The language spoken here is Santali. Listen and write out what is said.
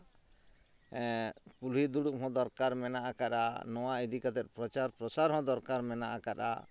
ᱠᱩᱞᱦᱤ ᱫᱩᱲᱩᱵ ᱦᱚᱸ ᱫᱚᱨᱠᱟᱨ ᱢᱮᱱᱟᱜ ᱟᱠᱟᱫᱼᱟ ᱱᱚᱣᱟ ᱤᱫᱤ ᱠᱟᱛᱮ ᱯᱨᱚᱪᱟᱨ ᱯᱨᱚᱥᱟᱨ ᱦᱚᱸ ᱫᱚᱨᱠᱟᱨ ᱢᱮᱱᱟᱜ ᱟᱠᱟᱫᱼᱟ